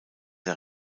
der